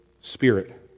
spirit